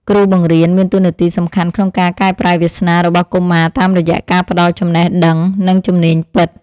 គ្រូបង្រៀនមានតួនាទីសំខាន់ក្នុងការកែប្រែវាសនារបស់កុមារតាមរយៈការផ្តល់ចំណេះដឹងនិងជំនាញពិត។